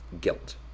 guilt